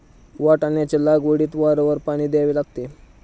वाटाण्याच्या लागवडीत वारंवार पाणी द्यावे लागते